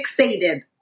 fixated